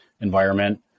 environment